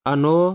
Ano